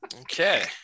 Okay